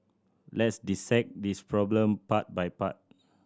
let's dissect this problem part by part